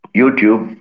YouTube